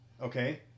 Okay